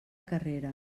carrera